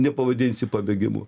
nepavadinsi pabėgimu